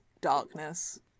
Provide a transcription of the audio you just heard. darkness